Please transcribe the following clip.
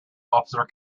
officer